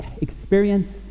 experience